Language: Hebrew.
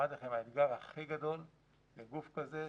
האתגר הכי גדול בגוף כזה,